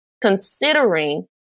considering